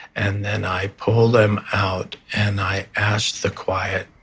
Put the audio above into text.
and then i pull them out and i ask the quiet